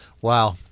wow